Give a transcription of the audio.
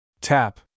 tap